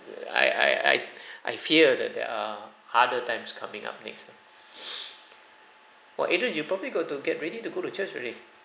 I I I I fear that there are harder times coming up next lah !wah! adrian you probably got to get ready to go to church already